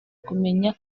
kumenya